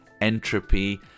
entropy